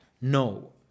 no